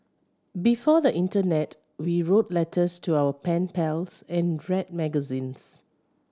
before the internet we wrote letters to our pen pals and read magazines